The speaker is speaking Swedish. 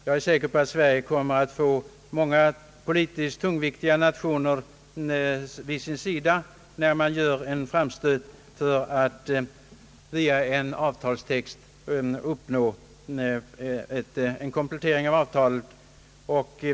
Jag är säker på att Sverige kommer att få många politiskt tungviktiga nationer vid sin sida när vårt lands representanter gör en framstöt i syfte att uppnå en komplettering av avtalet.